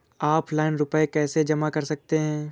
Offline रुपये कैसे जमा कर सकते हैं?